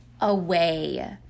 away